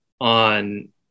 on